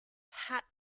had